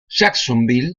jacksonville